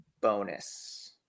bonus